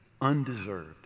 undeserved